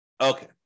Okay